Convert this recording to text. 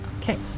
Okay